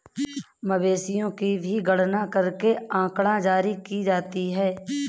मवेशियों की भी गणना करके आँकड़ा जारी की जाती है